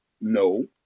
no